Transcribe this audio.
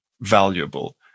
valuable